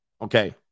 Okay